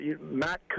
Matt